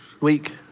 week